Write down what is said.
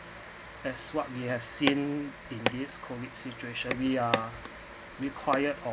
that's what we have seen in this COVID situation we are required